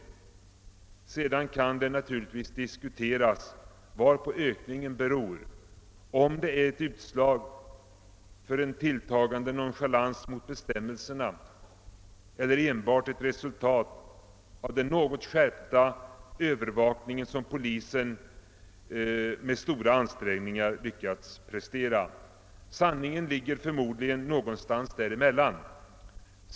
Sedan kan det naturligtvis diskuteras varpå ökningen beror, om den är ett utslag på en tilltagande nonchalans mot bestämmelserna eller enbart ett resultat av den något skärpta övervakning som polisen med stora ansträngningar lyckats prestera. Sanningen ligger förmodligen någonstans däremellan.